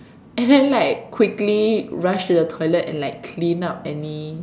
and then like quickly rush to the toilet and like clean up any